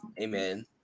Amen